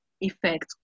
effect